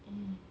eh